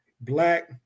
Black